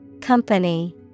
Company